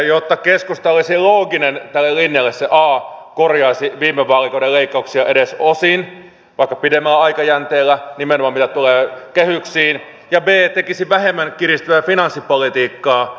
jotta keskusta olisi looginen tälle linjalle se a korjaisi viime vaalikauden leikkauksia edes osin vaikka pidemmällä aikajänteellä nimenomaan mitä tulee kehyksiin ja b tekisi vähemmän kiristävää finanssipolitiikkaa